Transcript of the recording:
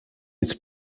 its